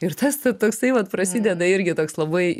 ir tas toksai vat prasideda irgi toks labai